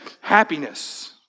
happiness